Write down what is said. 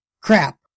Crap